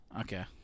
Okay